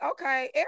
okay